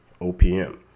opm